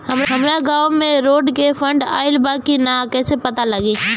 हमरा गांव मे रोड के फन्ड आइल बा कि ना कैसे पता लागि?